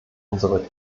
unsere